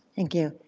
thank you.